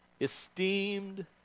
esteemed